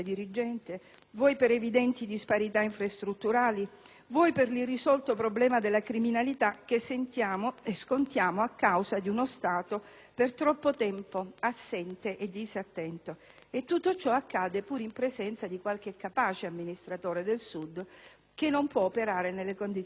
vuoi per evidenti disparità infrastrutturali, vuoi per l'irrisolto problema della criminalità che scontiamo a causa di uno Stato per troppo tempo assente e disattento. Tutto ciò accade pur in presenza di qualche capace amministratore del Sud che non può operare nelle condizioni migliori.